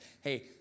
hey